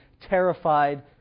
terrified